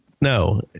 No